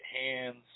hands